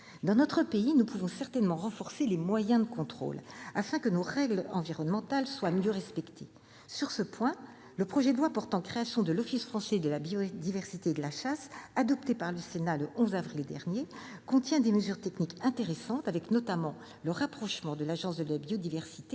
Dans notre pays, nous pouvons certainement renforcer les moyens de contrôle afin que nos règles environnementales soient mieux respectées. Sur ce point, le projet de loi portant création de l'Office français de la biodiversité et de la chasse, adopté par le Sénat le 11 avril dernier, contient des mesures techniques intéressantes, avec notamment le rapprochement de l'Agence française pour la biodiversité